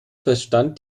verstand